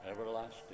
everlasting